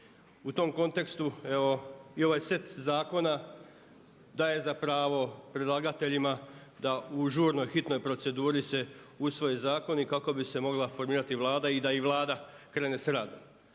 U tom kontekstu evo i ovaj set zakona daje za pravo predlagateljima da u žurnoj, hitnoj proceduri se usvoje zakoni kako bi se mogla formirati Vlada i da i Vlada krene s radom.